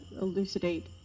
elucidate